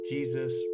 Jesus